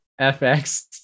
fx